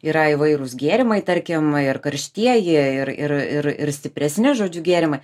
yra įvairūs gėrimai tarkim ir karštieji ir ir ir stipresni žodžiu gėrimai